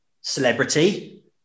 celebrity